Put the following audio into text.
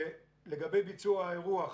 לגבי ביצוע האירוח,